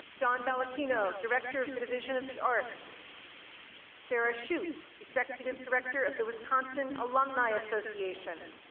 john baldacchino, director of and the division of the arts sarah schutt, executive director of the wisconsin alumni association and